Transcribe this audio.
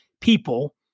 people